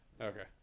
Okay